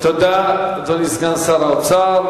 תודה, אדוני סגן שר האוצר.